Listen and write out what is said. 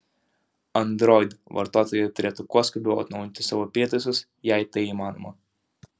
android vartotojai turėtų kuo skubiau atnaujinti savo prietaisus jei tai įmanoma